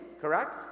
correct